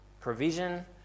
provision